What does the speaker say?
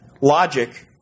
logic